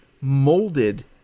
molded